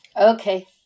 Okay